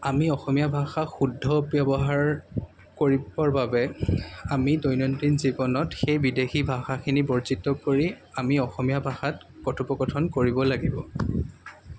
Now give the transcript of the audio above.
আমি অসমীয়া ভাষাক শুদ্ধ ব্যৱহাৰ কৰিব বাবে আমি দৈনন্দিন জীৱনত সেই বিদেশী ভাষাখিনি বৰ্জিত কৰি আমি অসমীয়া ভাষাত কথোপকথন কৰিব লাগিব